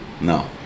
No